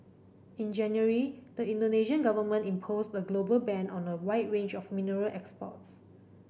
in January the Indonesian Government imposed a global ban on a wide range of mineral exports